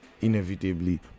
inevitably